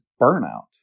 burnout